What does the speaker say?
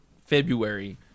February